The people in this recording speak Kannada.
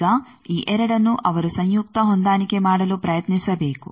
ಈಗ ಈ 2ಅನ್ನು ಅವರು ಸಂಯುಕ್ತ ಹೊಂದಾಣಿಕೆ ಮಾಡಲು ಪ್ರಯತ್ನಿಸಬೇಕು